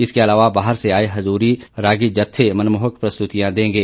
इसके अलावा बाहर से आए हजूरी रागी जत्थे मनमोहक प्रस्तुतियां देंगे